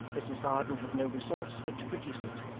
mrs varden had no resource but to produce it,